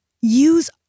use